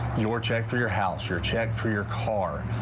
your check for your house, your check for your car,